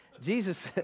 Jesus